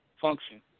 function